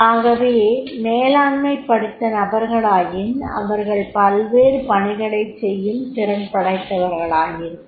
ஆக மேலாண்மை படித்த நபர்களாயின் அவர்கள் பல்வேறு பணிகளைச் செய்யும் திறன் படைத்தவர்களாயிருப்பர்